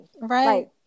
right